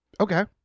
Okay